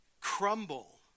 crumble